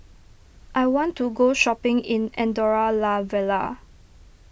I want to go shopping in Andorra La Vella